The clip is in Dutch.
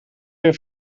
weer